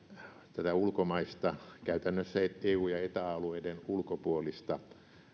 tätä ulkomaista käytännössä eu ja eta alueiden ulkopuolista